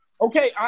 Okay